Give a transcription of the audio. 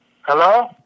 Hello